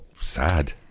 sad